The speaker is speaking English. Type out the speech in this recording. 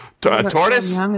tortoise